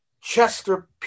Chester